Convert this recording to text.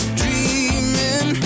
dreaming